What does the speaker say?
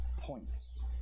points